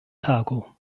tago